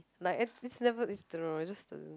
like it's never dunno